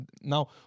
now